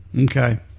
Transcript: Okay